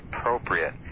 appropriate